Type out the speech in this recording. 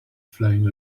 flying